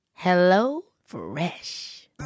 HelloFresh